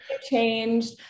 changed